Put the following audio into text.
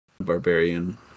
barbarian